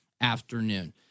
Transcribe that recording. afternoon